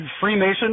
Freemason